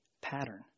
pattern